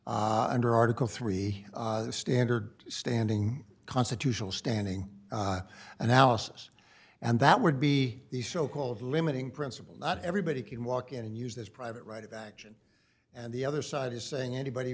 or article three standard standing constitutional standing analysis and that would be the so called limiting principle that everybody can walk in and use this private right of action and the other side is saying anybody